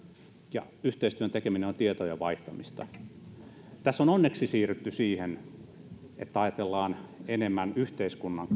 ja yhteistyön tekeminen on tietojen vaihtamista tässä on onneksi siirrytty siihen että ajatellaan asioita enemmän yhteiskunnan